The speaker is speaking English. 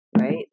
right